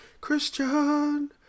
Christian